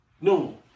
No